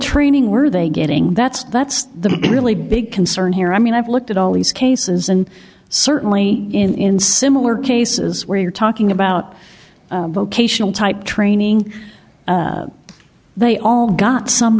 training were they getting that's that's the really big concern here i mean i've looked at all these cases and certainly in similar cases where you're talking about vocational type training they all got some